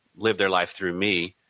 live their life through me.